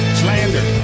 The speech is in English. slander